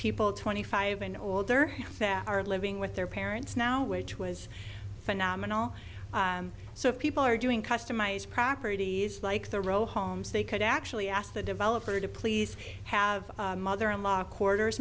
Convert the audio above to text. people twenty five and older that are living with their parents now which was phenomenal so people are doing customized properties like the row homes they could actually ask the developer to please have a mother in law quarters